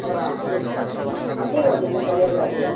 ହଁ କି ହଁ ଠିକ୍ ଅଛି ମୁଁ କରିବାକୁ ରାଜି ଅଛି